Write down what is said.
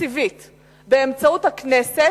תקציבית באמצעות הכנסת,